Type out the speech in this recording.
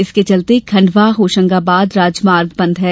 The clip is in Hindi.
इसके चलते खंडवा होशंगाबाद राजमार्ग बंद है